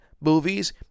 movies